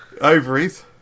Ovaries